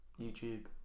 YouTube